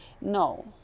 No